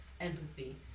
empathy